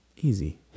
easy